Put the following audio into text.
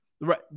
Right